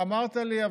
אמרת לי,